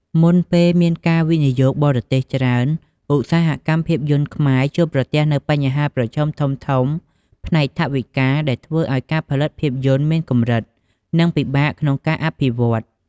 មុនពេលមានការវិនិយោគបរទេសច្រើន ឧស្សាហកម្មភាពយន្តខ្មែរជួបប្រទះនូវបញ្ហាប្រឈមធំៗផ្នែកថវិកា ដែលធ្វើឱ្យការផលិតភាពយន្តមានកម្រិត និងពិបាកក្នុងការអភិវឌ្ឍ។